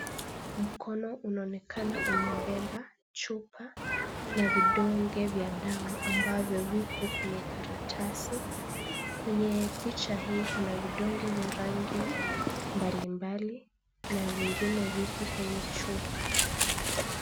Mkono unaonekana umebeba chupa na vidonge vya dawa ambavyo viko kwenye karatasi. Kwenye picha hii kuna vidonge vya rangi mbalimbali na vingine vipo kwenye chupa.